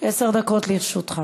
עשר דקות לרשותך.